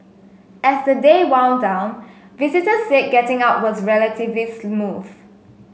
as the day wound down visitors said getting out was relatively smooth